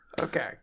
okay